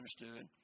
understood